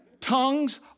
Tongues